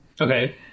Okay